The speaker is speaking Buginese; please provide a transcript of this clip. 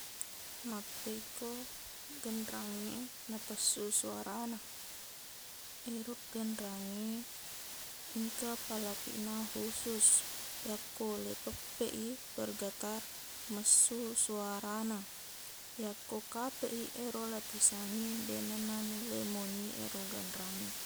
Mappekko genrangnge nappessuq suarana ero genrangnge engka pallapiqna khusus yakko laipeppeq i bergetar messuq suarana yakko kapeq i ero lapisangnge deqna naulle monie ro genrangnge